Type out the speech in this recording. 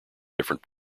different